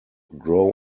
grow